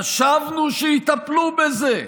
חשבנו שיטפלו בזה,